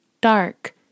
dark